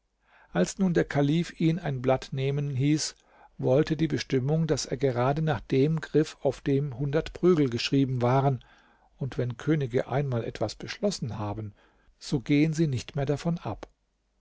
als nun der kalif ihn ein blatt nehmen hieß wollte die bestimmung daß er gerade nach dem griff auf dem hundert prügel geschrieben waren und wenn könige einmal etwas beschlossen haben so gehen sie nicht mehr davon ab